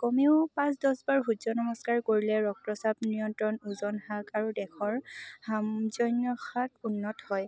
কমেও পাঁচ দহ বাৰ সূৰ্য নমস্কাৰ কৰিলে ৰক্তচাপ নিয়ন্ত্ৰণ ওজন হ্ৰাস আৰু দেহৰ উন্নত হয়